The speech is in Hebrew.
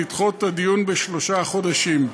לדחות את הדיון בשלושה חודשים.